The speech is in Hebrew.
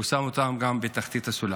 הוא שם אותם גם בתחתית הסולם.